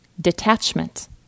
detachment